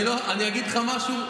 אני אגיד לך משהו.